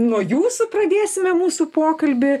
nuo jūsų pradėsime mūsų pokalbį